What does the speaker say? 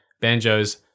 Banjo's